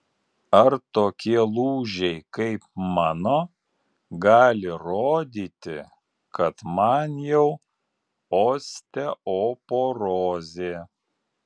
ar tokie lūžiai kaip mano gali rodyti kad man jau osteoporozė